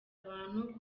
abantu